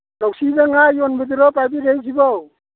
ꯂꯧꯁꯤꯟꯗ ꯉꯥ ꯌꯣꯟꯕꯗꯨꯔꯣ ꯄꯥꯏꯕꯤꯔꯛꯏꯁꯤꯕꯣ